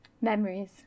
memories